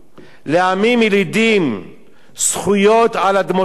לעמים ילידים זכויות על אדמותיהם,